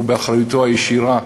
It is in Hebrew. הוא באחריותו הישירה,